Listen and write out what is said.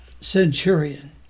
centurion